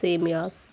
సేమ్యాస్